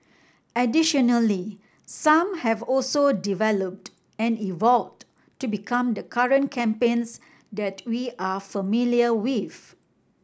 additionally some have also developed and evolved to become the current campaigns that we are familiar with